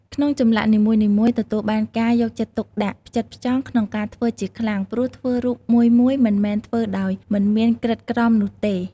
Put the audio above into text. ក្នុងចម្លាក់នីមួយៗទទួលបានការយកចិត្តទុកដាក់ ផ្ចិតផ្ចង់ក្នុងការធ្វើជាខ្លាំង ព្រោះធ្វើរូបមួយៗមិនមែនធ្វើដោយមិនមានក្រិតក្រមនោះទេ។